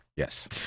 Yes